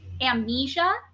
amnesia